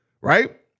Right